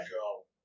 go